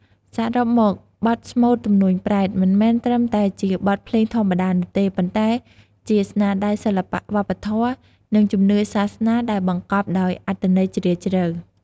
សរុបមក បទស្មូត ទំនួញប្រេត មិនមែនត្រឹមតែជាបទភ្លេងធម្មតានោះទេ ប៉ុន្តែជាស្នាដៃសិល្បៈវប្បធម៌ និងជំនឿសាសនាដែលបង្កប់ដោយអត្ថន័យជ្រាលជ្រៅ។